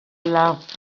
love